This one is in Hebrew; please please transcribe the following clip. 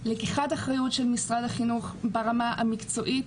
לקיחת אחריות של משרד החינוך ברמה המקצועית